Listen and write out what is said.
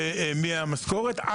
מהמשכורת,